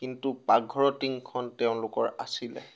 কিন্তু পাকঘৰৰ টিংখন তেওঁলোকৰ আছিলে